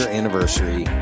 anniversary